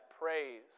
praise